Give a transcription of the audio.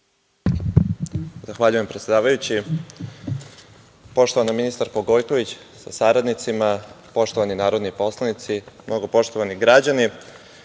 Zahvaljujem predsedavajući. Poštovana ministarko Gojković sa saradnicima, poštovani narodni poslanici, mnogo poštovani građani,